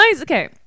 Okay